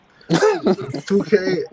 2K